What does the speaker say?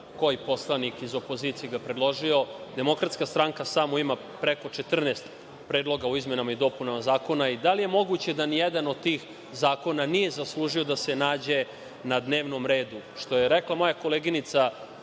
koji poslanik iz opozicije je predložio. Samo DS ima preko 14 predloga o izmenama i dopunama zakona. Da li je moguće da nijedan od tih zakona nije zaslužio da se nađe na dnevnom redu? Što je rekla jedna moja koleginica,